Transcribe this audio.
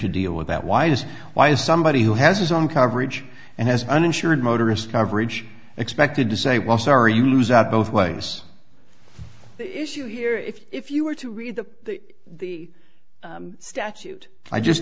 to deal with that why is why is somebody who has his own coverage and has uninsured motorist coverage expected to say well sorry you lose out both ways the issue here if you were to read the the statute i just